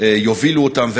שיובילו אותם,